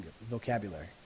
vocabulary